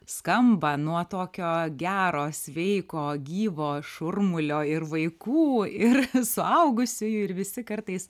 skamba nuo tokio gero sveiko gyvo šurmulio ir vaikų ir suaugusiųjų ir visi kartais